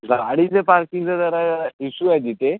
गाडीच्या पार्किंगचा जरा इश्यू आहे तिथे